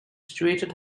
situated